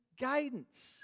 guidance